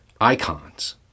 icons